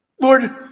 Lord